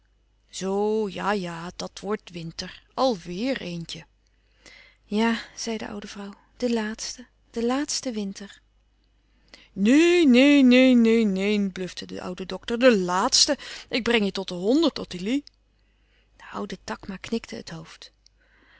winter zoo ja-ja dat wordt winter al weêr eentje ja zei de oude vrouw de laatste de laatste winter neen neen neen neen blufte de oude dokter de laatste ik breng je tot de honderd ottilie de oude takma knikte het hoofd